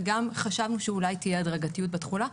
וגם חשבנו שאולי תהיה הדרגתיות בתכולה,